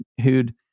who'd